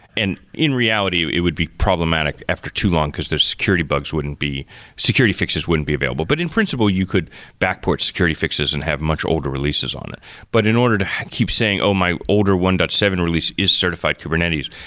and in reality, it would be problematic after too long because the security bugs wouldn't be security fixes wouldn't be available. but in principle, you could back port security fixes and have much older releases on it but in order to keep saying, oh, my older one point seven release is certified kubernetes,